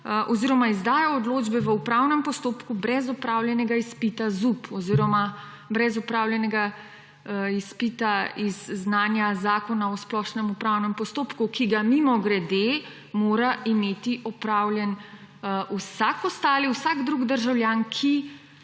sekretar izdajal odločbe v upravnem postopku brez opravljenega izpita ZUP oziroma brez opravljenega izpita iz znanja Zakona o splošnem upravnem postopku, ki ga, mimogrede, mora imeti opravljen vsak drug državljan, ki